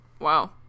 Wow